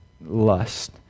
lust